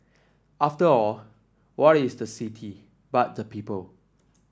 after all what is the city but the people